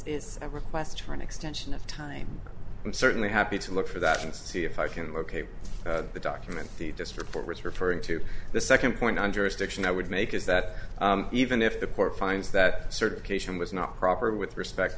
request for an extension of time i'm certainly happy to look for that and see if i can locate the document he just report referring to the second point on jurisdiction i would make is that even if the court finds that certification was not proper with respect